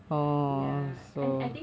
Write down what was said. ya and I think